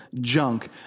junk